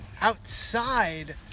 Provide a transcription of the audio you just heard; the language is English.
outside